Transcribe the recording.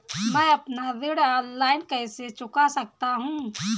मैं अपना ऋण ऑनलाइन कैसे चुका सकता हूँ?